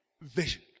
vision